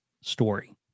story